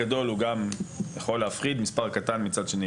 מספר קטן, מצד שני, ילמד שהמשאבים הם קטנים.